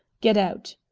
get out!